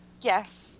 Yes